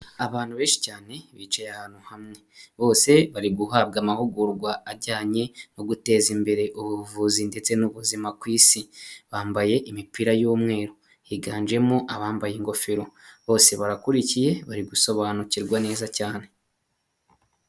Abantu benshi cyane bicaye ahantu hamwe, bose bari guhabwa amahugurwa ajyanye no guteza imbere ubuvuzi ndetse n'ubuzima ku isi, bambaye imipira y'umweru higanjemo abambaye ingofero bose barakurikiye bari gusobanukirwa neza cyane.